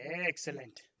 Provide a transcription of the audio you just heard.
Excellent